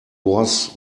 was